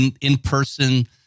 in-person